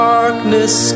Darkness